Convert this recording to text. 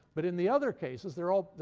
but in the other cases they're all,